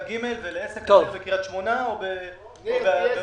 ג' ולעסק אחר בקריית שונה או במקום אחר.